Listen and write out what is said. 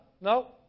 no